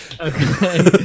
Okay